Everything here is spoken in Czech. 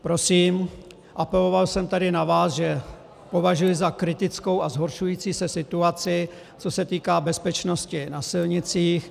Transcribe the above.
Prosím, apeloval jsem tady na vás, že považuji za kritickou a zhoršující se situaci, co se týká bezpečnosti na silnicích.